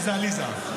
שזה עליזה.